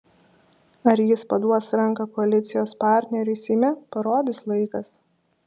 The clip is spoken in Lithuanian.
ar jis paduos ranką koalicijos partneriui seime parodys laikas